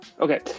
Okay